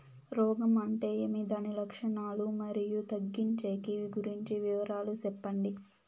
రోగం అంటే ఏమి దాని లక్షణాలు, మరియు తగ్గించేకి గురించి వివరాలు సెప్పండి?